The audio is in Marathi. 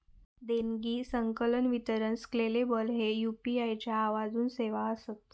देणगी, संकलन, वितरण स्केलेबल ह्ये यू.पी.आई च्या आजून सेवा आसत